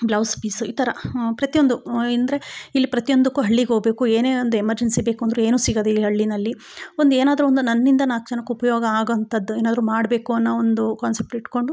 blouse piece ಈ ಥರ ಪ್ರತಿಯೊಂದು ಅಂದ್ರೆ ಇಲ್ಲಿ ಪ್ರತಿಯೊಂದಕ್ಕೂ ಹಳ್ಳಿಗೆ ಹೋಗಬೇಕು ಏನೇ ಒಂದು ಎಮರ್ಜನ್ಸಿ ಬೇಕು ಅಂದ್ರು ಏನು ಸಿಗದು ಈ ಹಳ್ಳಿನಲ್ಲಿ ಒಂದು ಏನಾದರೊಂದು ನನ್ನಿಂದ ನಾಲ್ಕು ಜನಕ್ಕೆ ಉಪಯೋಗ ಆಗೋ ಅಂಥದ್ದು ಏನಾದರೂ ಮಾಡಬೇಕು ಅನ್ನೋ ಒಂದು ಕಾನ್ಸೆಪ್ಟ್ ಇಟ್ಟುಕೊಂಡು